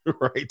right